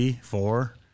four